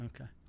Okay